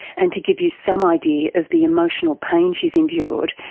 and to give you some idea of the emotional pain she's endured,